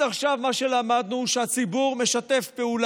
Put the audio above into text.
צפון